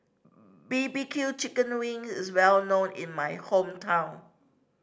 B B Q chicken wings is well known in my hometown